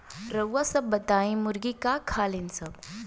रउआ सभ बताई मुर्गी का का खालीन सब?